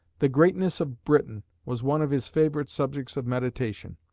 the greatness of britain was one of his favourite subjects of meditation.